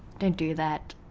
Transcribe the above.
don't do that